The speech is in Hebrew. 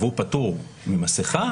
והוא פטור ממסכה.